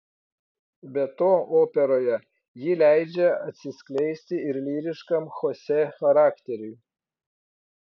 be to operoje ji leidžia atsiskleisti ir lyriškam chosė charakteriui